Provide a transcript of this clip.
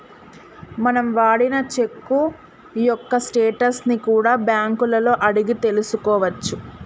మనం వాడిన చెక్కు యొక్క స్టేటస్ ని కూడా బ్యేంకులలో అడిగి తెల్సుకోవచ్చు